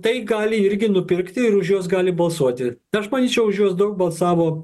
tai gali irgi nupirkti ir už juos gali balsuoti aš manyčiau už juos daug balsavo